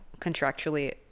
Contractually